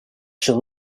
should